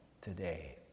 today